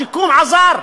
השיקום עזר.